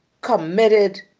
committed